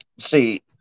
see